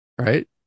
Right